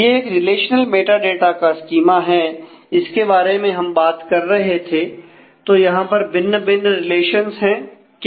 यह एक relational metadata का स्कीमा है इसके बारे में हम बात कर रहे थे तो यहां पर भिन्न भिन्न रिलेशंस क्या है